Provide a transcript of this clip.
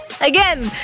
Again